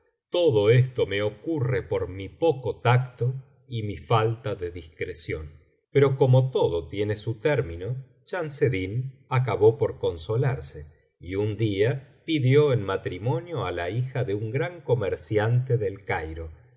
todo esto me ocurre por mi poco tacto y mi falta de discreción pero como todo tiene su término chamseddin acabó por consolarse y un día pidió en matrimonio á la hija de un gran comerciante del cairo